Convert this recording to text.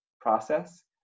process